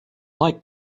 like